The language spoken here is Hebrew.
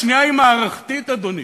השנייה היא מערכתית, אדוני.